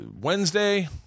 Wednesday